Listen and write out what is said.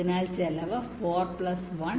അതിനാൽ ചെലവ് 4 പ്ലസ് 1